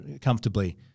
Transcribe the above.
comfortably